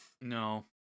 No